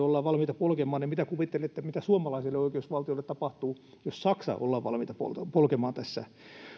ollaan valmiita polkemaan saksalainen oikeusvaltio niin mitä kuvittelette että suomalaiselle oikeusvaltiolle tapahtuu jos ollaan valmiita polkemaan saksa tässä